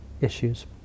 issues